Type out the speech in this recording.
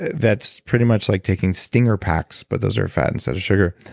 that's pretty much like taking stinger packs but those are fat instead of sugar.